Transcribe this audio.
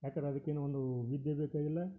ಯಾಕಂದ್ರೆ ಅದಕ್ಕೇನು ಒಂದು ವಿದ್ಯೆ ಬೇಕಾಗಿಲ್ಲ